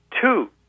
Two